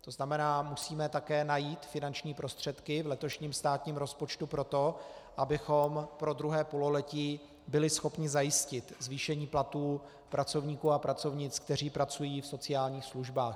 To znamená, musíme také najít finanční prostředky v letošním státním rozpočtu pro to, abychom pro druhé pololetí byli schopni zajistit zvýšení platů pracovníků a pracovnic, kteří pracují v sociálních službách.